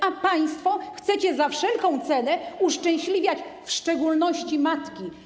A państwo chcecie za wszelką cenę uszczęśliwiać w szczególności matki.